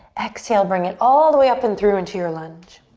exhale, bring it all the way up and through into your lunge.